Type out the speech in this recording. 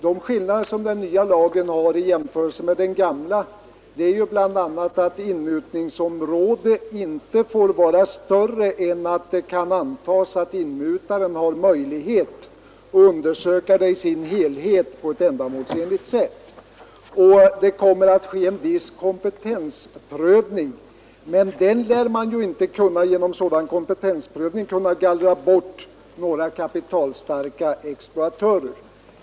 De skillnader som finns i den nya lagen i jämförelse med den gamla är bl.a. att inmutningsområde inte får vara större än att det kan antas att inmutaren har möjlighet att undersöka det i dess helhet på ett ändamålsenligt sätt. Det kommer att bli viss kompetensprövning, men genom den lär man inte kunna gallra bort några kapitalstarka exploatörer.